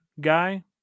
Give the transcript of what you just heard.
guy